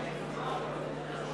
נא להצביע.